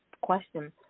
question